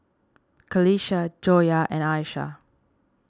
Qalisha Joyah and Aishah